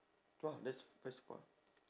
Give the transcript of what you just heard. !wah! that's that's far